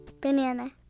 Banana